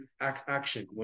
action